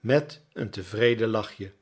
met een tevreden lachje